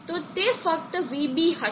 તો તે ફક્ત vB હશે